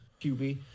QB